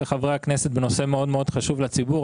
חברי הכנסת בנושא מאוד מאוד חשוב לציבור.